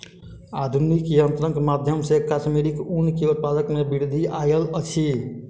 आधुनिक यंत्रक माध्यम से कश्मीरी ऊन के उत्पादन में वृद्धि आयल अछि